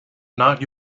not